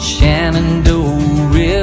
Shenandoah